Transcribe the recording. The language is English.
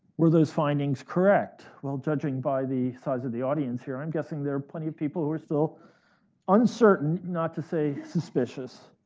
were those findings correct? well judging by the size of the audience here, i'm guessing there are plenty of people who are still uncertain, not to say, suspicious.